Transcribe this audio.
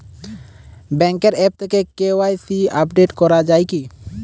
ব্যাঙ্কের আ্যপ থেকে KYC update করা যায় কি?